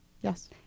yes